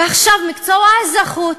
ועכשיו, מקצוע האזרחות